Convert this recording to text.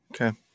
okay